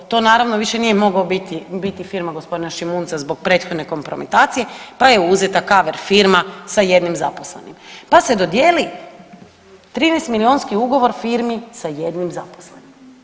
To naravno više nije mogla biti firma gospodina Šimunca zbog prethodne kompromitacije pa je uzeta cover firma sa jednim zaposlenim, pa se dodijeli 13 milijunski ugovor firmi sa jednim zaposlenim.